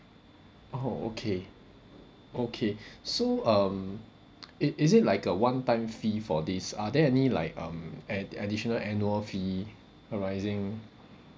oh okay okay so um it is it like a one time fee for these are there any like um add~ additional annual fee arising